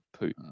Putin